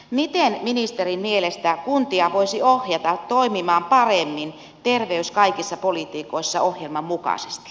miten ministerin mielestä kuntia voisi ohjata toimimaan paremmin terveys kaikissa politiikoissa ohjelman mukaisesti